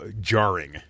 jarring